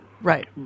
Right